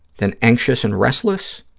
then anxious and restless,